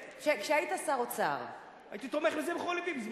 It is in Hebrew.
כשהיית שר האוצר, הייתי תומך בזה בכל לבי.